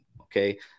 Okay